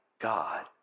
God